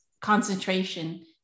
concentration